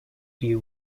view